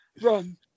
run